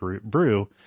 brew